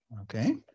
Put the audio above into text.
okay